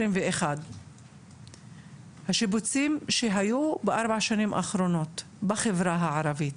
2021. השיבוצים שהיו בארבעת השנים האחרונות בחברה הערבית,